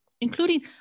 including